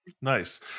Nice